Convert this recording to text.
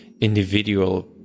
individual